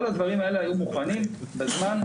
כל הדברים היו מוכנים בזמן,